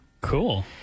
Cool